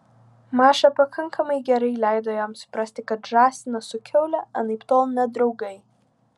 maša pakankamai gerai leido jam suprasti kad žąsinas su kiaule anaiptol ne draugai